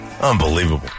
Unbelievable